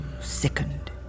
sickened